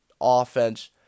offense